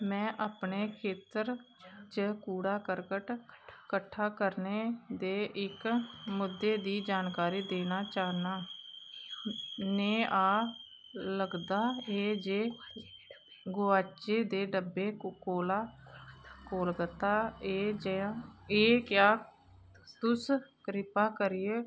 में अपने खेत्तर च कूड़ा करकट कट्ठा करने दे इक मुद्दे दी जानकारी देना चाह्न्नां नेहा लगदा ऐ जे गोआचै दे डब्बे कोला दा कोलकत्ता एह् जेहा एह् क्या तुस कृपा करियै